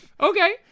Okay